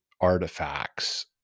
artifacts